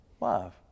Love